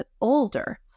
older